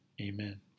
Amen